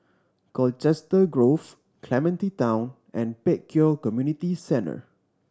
Colchester Grove Clementi Town and Pek Kio Community Centre